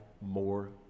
more